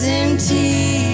empty